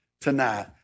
tonight